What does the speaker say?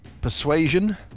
persuasion